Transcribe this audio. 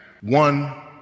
One